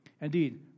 Indeed